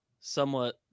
Somewhat